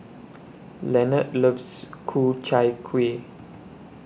Lenard loves Ku Chai Kuih